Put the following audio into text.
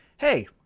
hey